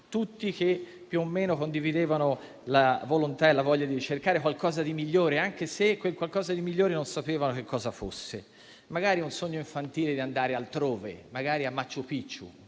Tutti più o meno condividevano la volontà e la voglia di cercare qualcosa di migliore, anche se quel qualcosa di migliore non sapevano che cosa fosse, magari il sogno infantile di andare altrove, magari a Machu Picchu: